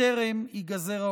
בטרם ייגזר העונש.